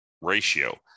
ratio